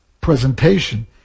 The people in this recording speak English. presentation